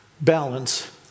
balance